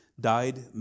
died